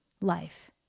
life